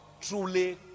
truly